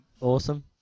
awesome